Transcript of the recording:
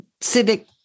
civic